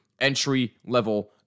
entry-level